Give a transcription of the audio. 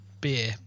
beer